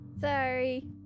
Sorry